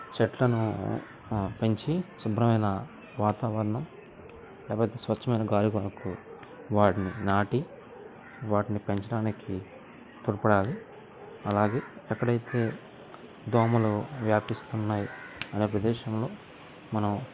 చెట్లను పెంచి శుభ్రమైన వాతావరణం లేకపోతే స్వచ్ఛమైన గాలిలో వాటిని నాటి వాటిని పెంచడానికి త్వరపడాలి అలాగే ఎక్కడైతే దోమలు వ్యాపిస్తున్నాయి ఆ ప్రదేశంలో మనం